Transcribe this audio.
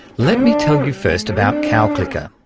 let me tell you first about cow clicker.